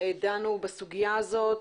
דנו בסוגיה הזאת,